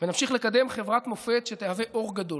ונמשיך לקדם חברת מופת שתהיה אור גדול,